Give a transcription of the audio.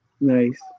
Nice